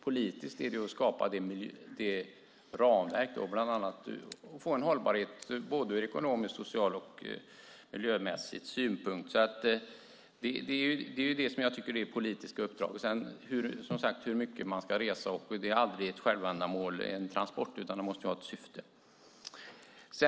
Politiskt ska vi skapa ett ramverk och få en hållbarhet ur ekonomisk, social och miljömässig synpunkt. Det är detta som jag tycker är det politiska uppdraget. Men en transport är aldrig ett självändamål, utan den måste ha ett syfte.